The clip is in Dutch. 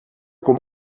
kon